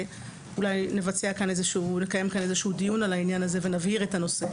ואולי נקיים כאן איזה שהוא דיון על הנושא ונבהיר אותו.